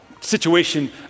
situation